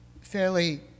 fairly